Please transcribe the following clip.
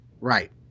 Right